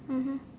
mmhmm